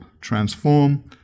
transform